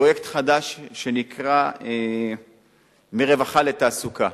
פרויקט חדש שנקרא "מרווחה לתעסוקה".